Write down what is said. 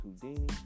Houdini